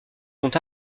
sont